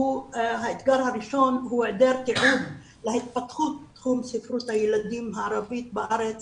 האתגר הראשון הוא היעדר תיעוד להתפתחות תחום ספרות הילדים הערבית בארץ